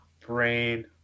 brain